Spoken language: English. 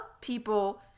people